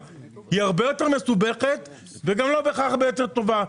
היא הרבה יותר מסובכת וגם לא בהכרח הרבה יותר טובה.